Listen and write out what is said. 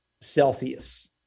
Celsius